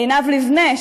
עינב לבנה,